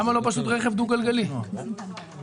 למה לא לכתוב "רכב דו-גלגלי על כל סוגיו"?